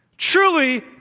Truly